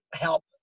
help